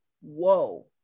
Whoa